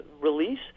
release